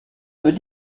veut